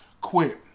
quit